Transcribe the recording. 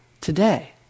today